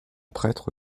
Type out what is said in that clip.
prêtre